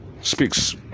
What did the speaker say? speaks